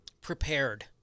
prepared